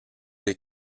des